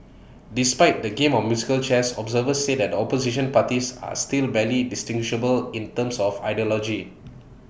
despite the game of musical chairs observers say the opposition parties are still barely distinguishable in terms of ideology